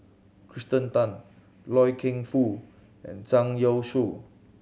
Kirsten Tan Loy Keng Foo and Zhang Youshuo